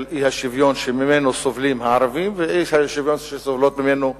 אי-שוויון שסובלים ממנו הערבים ואי-שוויון שסובלות ממנו הנשים.